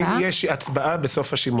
אם יש הצבעה בסוף השימוע.